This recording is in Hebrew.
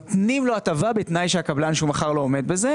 נותנים לו הטבה בתנאי שהקבלן שהוא מכר לו עומד בזה.